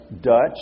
Dutch